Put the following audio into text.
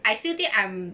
I still think I'm